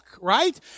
right